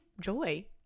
joy